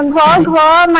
um la and la um ah